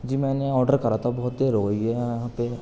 جی میں آڈر کرا تھا بہت دیر ہوگئی ہے یہاں یہاں پہ